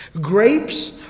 Grapes